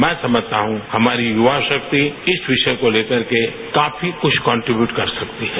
मैं समझता हूं हमारी युवा शक्ति इस विषय को लेकरके काफी कुछ कॉन्ट्रीबियूट कर सकती है